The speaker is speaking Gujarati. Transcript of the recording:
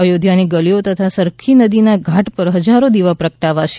અયોધ્યાની ગલીઓ તથા સરખુ નદીના ઘાટ પર હજારો દીવા પ્રગટાવાશે